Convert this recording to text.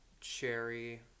cherry